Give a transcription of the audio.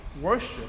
worship